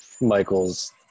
Michael's